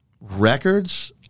records